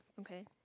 Okay